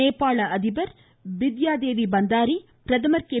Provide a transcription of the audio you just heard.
நேபாள அதிபர் பித்யா தேவி பந்தாரி பிரதமர் கே